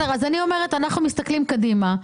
אז אני אומרת, אנחנו מסתכלים קדימה.